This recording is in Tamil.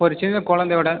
ஒரு சின்ன கொழந்தையோடு